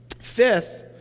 Fifth